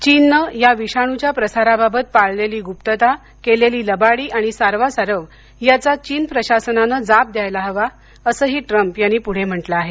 चीननं या विषाणूच्या प्रसाराबाबत पाळलेली गुप्तता केलेली लबाडी आणि सारवा सारव याचा चीन प्रशासनाने जाब द्यायला हवा असं ही ट्रम्प यांनी पुढे म्हंटल आहे